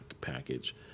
package